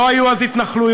לא היו אז התנחלויות,